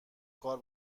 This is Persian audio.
کار